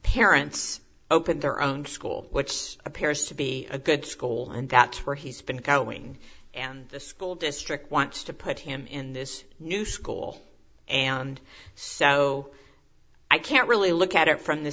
parents open their own school which appears to be a good school and that's where he's been counting and the school district wants to put him in this new school and so i can't really look at it from th